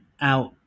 out